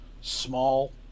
small